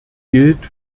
gilt